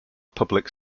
public